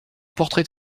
portrait